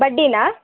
ಬಡ್ಡಿನ